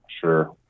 Sure